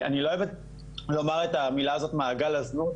אני לא אוהבת לומר את המילה הזאת מעגל הזנות,